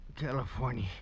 California